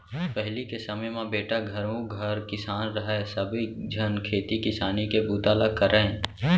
पहिली के समे म बेटा घरों घर किसान रहय सबे झन खेती किसानी के बूता ल करयँ